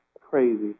crazy